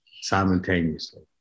simultaneously